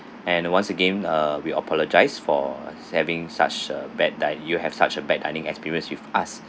and once again uh we apologise for having such a bad din~ you have such a bad dining experience with us